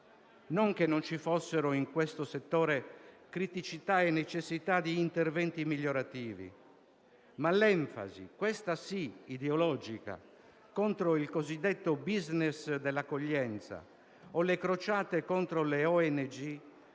Non che non ci fossero in questo settore criticità e necessità di interventi migliorativi, ma l'enfasi - questa sì, ideologica - contro il cosiddetto *business* dell'accoglienza o le crociate contro le ONG